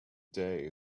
day